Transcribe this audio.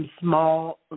Small